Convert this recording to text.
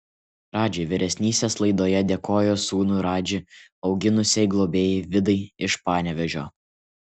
radži vyresnysis laidoje dėkojo sūnų radži auginusiai globėjai vidai iš panevėžio